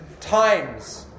Times